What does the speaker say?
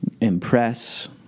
impress